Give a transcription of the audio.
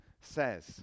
says